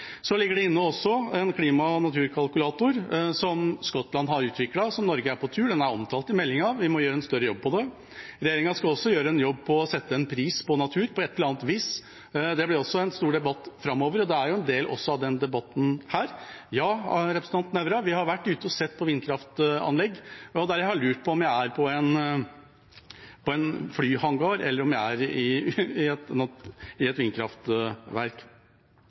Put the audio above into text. ligger også inne en klima- og naturkalkulator som Skottland har utviklet. Norge er på tur, den er omtalt i meldinga, vi må gjøre en større jobb med det. Regjeringa skal også gjøre en jobb med å sette en pris på natur på et eller annet vis. Det blir en stor debatt framover, og det er en del av denne debatten. Ja, representanten Nævra, vi har vært ute og sett på vindkraftanlegg, der jeg har lurt på om jeg er i en flyhangar eller om jeg er i et vindkraftverk. Når det gjelder kontroll og tilsyn med de som skal kartlegge og finne rødlistearter f.eks., skal Fylkesmannen inn og i